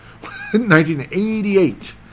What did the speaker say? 1988